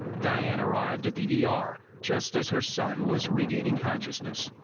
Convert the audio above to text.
diane arrived at the e r. just as her son was regaining consciousness.